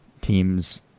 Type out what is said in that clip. teams